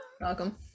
Welcome